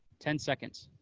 ten seconds.